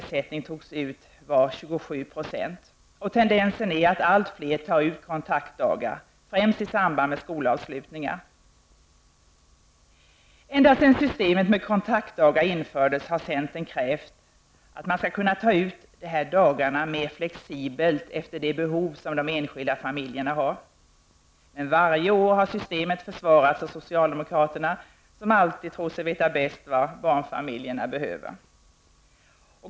27 %. Tendensen är att allt fler tar ut kontaktdagar, främst i samband med skolavslutningar. Ända sedan systemet med kontaktdagar infördes har centern krävt att dessa dagar skall kunna tas ut mer flexibelt efter de behov som den enskilda familjen har. Varje år har systemet försvarats av socialdemokraterna, som alltid tror sig veta bäst vad barnfamiljerna behöver.